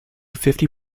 fifty